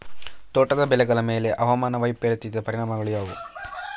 ತೋಟದ ಬೆಳೆಗಳ ಮೇಲೆ ಹವಾಮಾನ ವೈಪರೀತ್ಯದ ಪರಿಣಾಮಗಳು ಯಾವುವು?